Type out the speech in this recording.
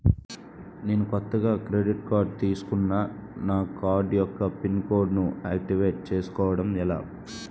నేను కొత్తగా credit card తిస్కున్నా నా కార్డ్ యెక్క పిన్ కోడ్ ను ఆక్టివేట్ చేసుకోవటం ఎలా?